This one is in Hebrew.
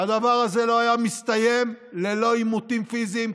הדבר הזה לא היה מסתיים ללא עימותים פיזיים,